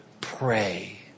Pray